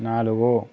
నాలుగు